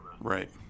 right